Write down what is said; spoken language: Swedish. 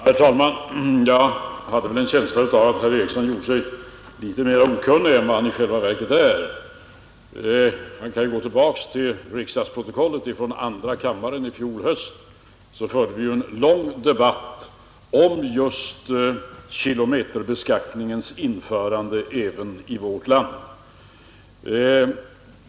Herr talman! Jag har en känsla av att herr Eriksson gjort sig litet mera okunnig än vad han i själva verket är. Om vi går tillbaka till riksdagsprotokollet från andra kammaren i fjol höst finner vi, att vi förde en lång debatt om just kilometerbeskattningens införande även i vårt land.